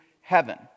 heaven